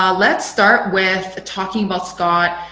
um let's start with talking about scott.